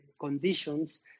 conditions